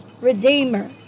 Redeemer